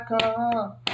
come